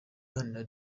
iharanira